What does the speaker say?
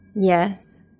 Yes